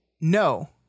No